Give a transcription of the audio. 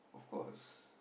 of course